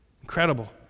Incredible